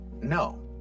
no